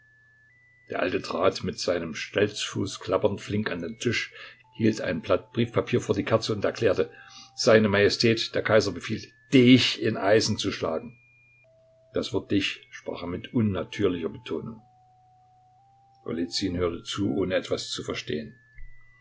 der alte trat mit seinem stelzfuß klappernd flink an den tisch hielt ein blatt briefpapier vor die kerze und erklärte seine majestät der kaiser befiehlt dich in eisen zu schlagen das wort dich sprach er mit unnatürlicher betonung golizyn hörte zu ohne etwas zu verstehen